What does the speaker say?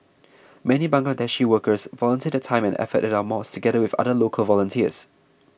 many Bangladeshi workers volunteer their time and effort at our mosques together with other local volunteers